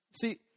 See